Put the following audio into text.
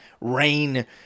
rain